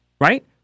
right